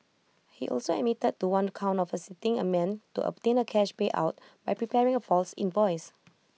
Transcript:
he also admitted to one count of assisting A man to obtain A cash payout by preparing A false invoice